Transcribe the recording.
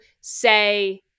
say